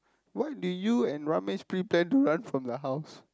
what do you and Ramesh pre-plan to run from the house